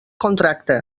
contracte